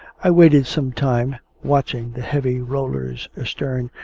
i waited some time, watching the heavy rollers astern,